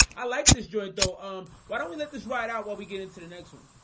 i like this joint though um, why don't we let this right out while we get into the next one?